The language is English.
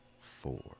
four